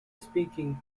speaking